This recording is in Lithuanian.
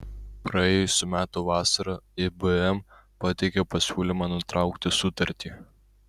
praėjusių metų vasarą ibm pateikė pasiūlymą nutraukti sutartį